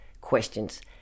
questions